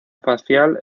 facial